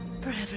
Forever